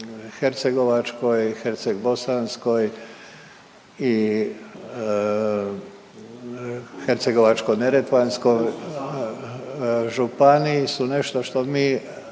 Zapadnohercegovačkoj, Hercegbosanskoj i Hercegovačko-neretvantskoj županiji su nešto što mi